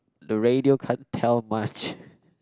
the radio can't tell much